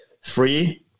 free